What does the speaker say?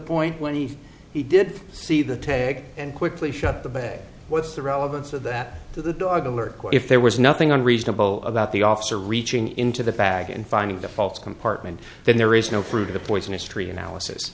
point when he he did see the tag and quickly shut the bag what's the relevance of that to the dog alert if there was nothing unreasonable about the officer reaching into the bag and finding the false compartment then there is no fruit of the poisonous tree analysis